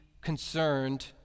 concerned